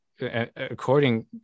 according